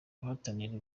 bahatanira